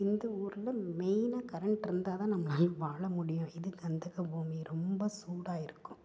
இந்த ஊரில் மெய்னாக கரண்ட் இருந்தால்தான் நம்மளால் வாழ முடியும் இது கந்தகபூமி ரொம்ப சூடாக இருக்கும்